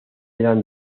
eran